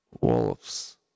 wolves